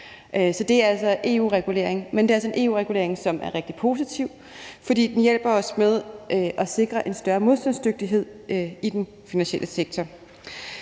det er EU-regulering. Men det er altså en EU-regulering, som er rigtig positiv, fordi den hjælper os med at sikre en større modstandsdygtighed i den finansielle sektor.